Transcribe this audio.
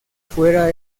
fuera